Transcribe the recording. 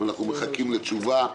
ואנחנו מחכים לתשובה.